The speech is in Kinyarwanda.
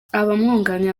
abamwunganira